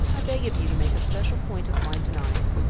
i beg of you to make a special point of my denial.